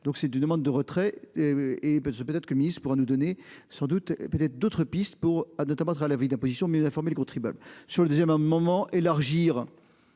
Donc si tu demande de retrait et peu de se peut-être que pourra nous donner sans doute peut-être d'autres pistes pour a notamment sur l'avis d'imposition, mieux informer les contribuables sur le deuxième homme. Moment élargir